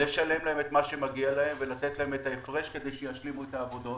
לשלם להם את מה שמגיע להם ולתת להם את ההפרש כדי שישלימו את העבודות.